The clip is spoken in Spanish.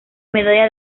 medalla